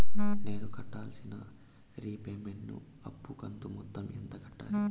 నేను కట్టాల్సిన రీపేమెంట్ ను అప్పు కంతు మొత్తం ఎంత కట్టాలి?